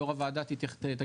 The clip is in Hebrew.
יו"ר הוועדה או חברי הוועדה,